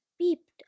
peeped